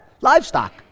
livestock